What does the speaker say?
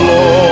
Lord